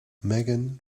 megan